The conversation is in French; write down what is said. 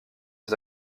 ses